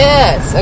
Yes